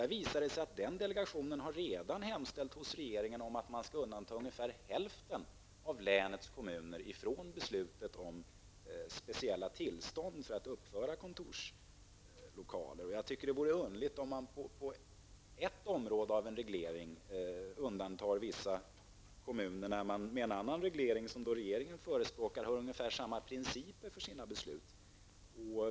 Där visade det sig att delegationen redan har hemställt hos regeringen om att undanta ungefär hälften av länets kommuner om beslutet om specialtillstånd för att uppföra kontorslokaler. Jag tycker att det vore underligt om man på ett område av en reglering undantar vissa kommuner när man i en annan reglering, som regeringen förespråkar, har ungefär samma principer för sina beslut.